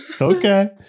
Okay